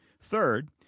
Third